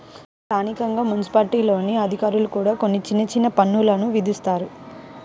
స్థానికంగా మున్సిపాలిటీల్లోని అధికారులు కూడా కొన్ని చిన్న చిన్న పన్నులు విధిస్తారు